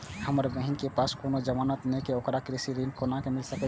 हमर बहिन के पास कोनो जमानत नेखे ते ओकरा कृषि ऋण कोना मिल सकेत छला?